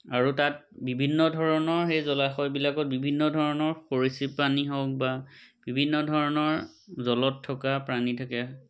আৰু তাত বিভিন্ন ধৰণৰ সেই জলাশয়বিলাকত বিভিন্ন ধৰণৰ সৰীসৃপ প্ৰাণী হওক বা বিভিন্ন ধৰণৰ জলত থকা প্ৰাণী থাকে